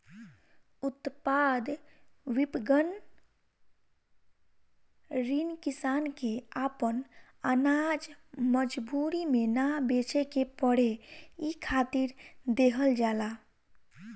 उत्पाद विपणन ऋण किसान के आपन आनाज मजबूरी में ना बेचे के पड़े इ खातिर देहल जाला